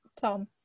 Tom